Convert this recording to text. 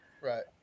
right